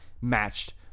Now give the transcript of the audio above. matched